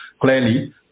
clearly